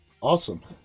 Awesome